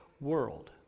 world